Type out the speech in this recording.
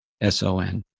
s-o-n